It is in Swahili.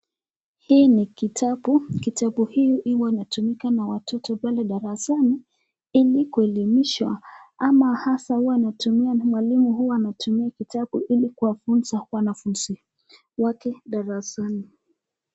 Hii ni kitabu, kitabu hii imo inatumika na watoto pale darasani ili kuelimishwa ama hasa huwa wanatumia na mwalimu huwa anatumia kitabu ili kuwafunza wanafunzi wake darasani.